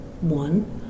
one